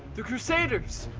the crusaders,